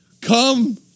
come